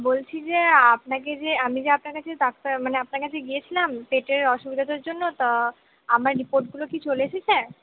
বলছি যে আপনাকে যে আমি যে আপনার কাছে ডাক্তার মানে আপনার কাছে গিয়েছিলাম পেটের অসুবিধাটার জন্য তা আমার রিপোর্টগুলো কি চলে এসেছে